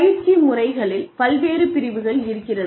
பயிற்சி முறைகளில் பல்வேறு பிரிவுகள் இருக்கிறது